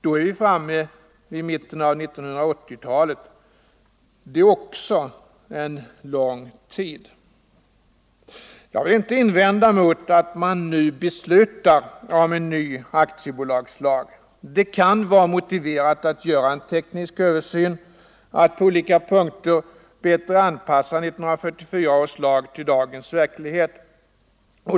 Då är vi framme vid mitten av 1980-talet. Det är också en lång tid. Jag vill inte invända mot att man nu beslutar om en ny aktiebolagslag. Det kan vara motiverat att göra en teknisk översyn, att på olika punkter 75 bättre anpassa 1944 års lag till dagens verklighet.